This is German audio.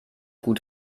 gut